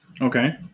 Okay